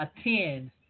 attend